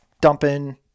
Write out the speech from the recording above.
dumping